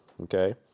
Okay